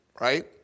Right